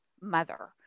mother